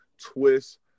twist